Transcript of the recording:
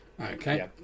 okay